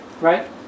Right